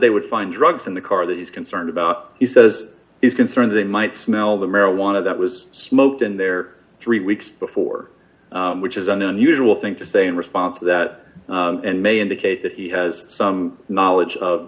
they would find drugs in the car that he's concerned about he says he's concerned they might smell the marijuana that was smoked in there three weeks before which is an unusual thing to say in response to that and may indicate that he has some knowledge of